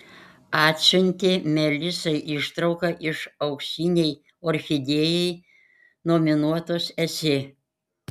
atsiuntė melisai ištrauką iš auksinei orchidėjai nominuotos esė